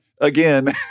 again